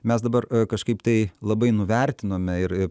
mes dabar kažkaip tai labai nuvertinome ir ir